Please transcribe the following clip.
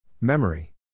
Memory